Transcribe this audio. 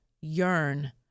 yearn